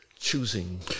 choosing